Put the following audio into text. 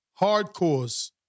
hardcores